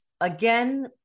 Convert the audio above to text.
again